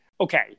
okay